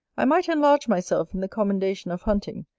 i might enlarge myself in the commendation of hunting,